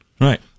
Right